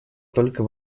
только